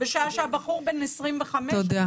בשעה שהבחור בן 25. תודה.